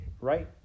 right